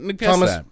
Thomas